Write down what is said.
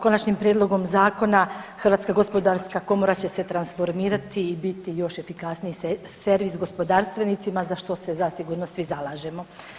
Konačnim prijedlogom zakona Hrvatska gospodarska komora će se transformirati i biti još efikasniji servis gospodarstvenicima za što se zasigurno svi zalažemo.